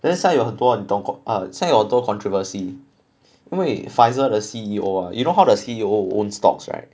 then 现在有很多很多 err 现在有很多 controversy 因为 Pfizer 的 C_E_O ah you know how the C_E_O own stocks right